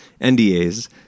NDAs